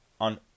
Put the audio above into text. on